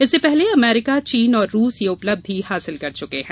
इससे पहले अमेरिका चीन और रूस यह उपलक्षि हासिल कर चुके हैं